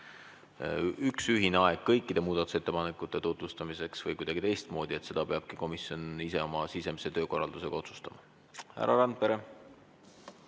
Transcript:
üks ühine aeg kõikide muudatusettepanekute tutvustamiseks või kuidagi teistmoodi, peabki komisjon ise oma sisemise töökorraldusega otsustama. Härra Randpere.